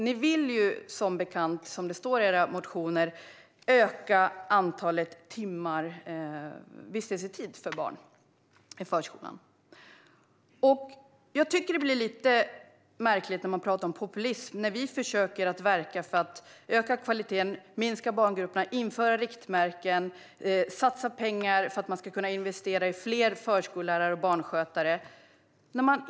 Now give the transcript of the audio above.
Ni vill som bekant, som det står i era motioner, öka antalet timmar i barnens vistelsetid i förskolan. Jag tycker att det blir lite märkligt när ni pratar om populism. Vi försöker verka för att öka kvaliteten, minska barngrupperna, införa riktmärken och satsa pengar för att man ska kunna investera i fler förskollärare och barnskötare.